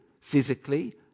physically